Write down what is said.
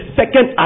second